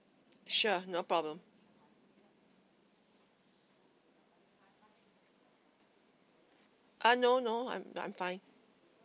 sure no problem uh no no I'm I'm fine